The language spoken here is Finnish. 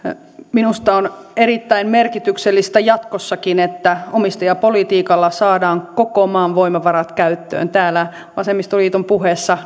minusta on erittäin merkityksellistä jatkossakin että omistajapolitiikalla saadaan koko maan voimavarat käyttöön täällä vasemmistoliiton puheessa